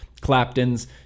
Clapton's